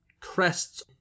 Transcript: crests